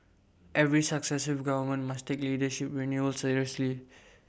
every successive government must take leadership renewal seriously